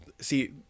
see